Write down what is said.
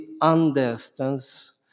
understands